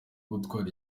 gutwara